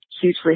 hugely